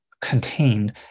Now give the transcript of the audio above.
contained